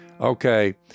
okay